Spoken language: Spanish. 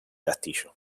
castillo